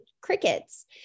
crickets